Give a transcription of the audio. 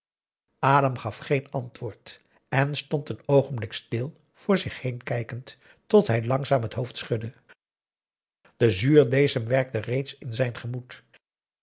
adam gaf geen antwoord en stond een oogenblik stil voor zich heen kijkend tot hij langzaam het hoofd schudde de zuurdeesem werkte reeds in zijn gemoed